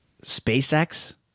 SpaceX